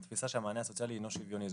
התפיסה שהמענה הסוציאלי הינו שוויוני,